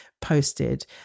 posted